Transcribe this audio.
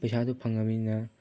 ꯄꯩꯁꯥꯗꯨ ꯐꯪꯉꯃꯤꯅ